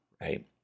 right